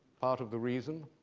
part of the reason?